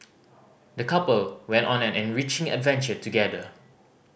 the couple went on an enriching adventure together